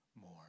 more